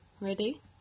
ready